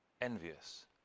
envious